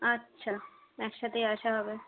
আচ্ছা একসাথেই আসা হবে